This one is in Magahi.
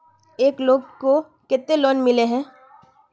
एक लोग को केते लोन मिले है?